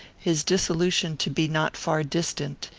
his dissolution to be not far distant,